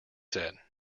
said